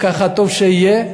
וכך טוב שיהיה,